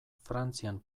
frantzian